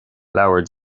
leabhar